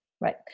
Right